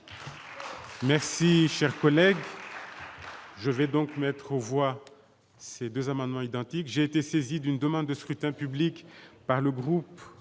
Merci, cher collègue. Je vais donc mettre aux voix, ces 2 amendements identiques, j'ai été saisi d'une demande de scrutin public par le groupe,